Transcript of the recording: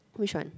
which one